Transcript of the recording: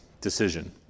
decision